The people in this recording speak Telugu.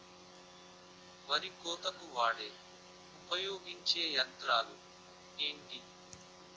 వరి కోతకు వాడే ఉపయోగించే యంత్రాలు ఏంటి?